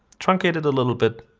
truncate it a little bit,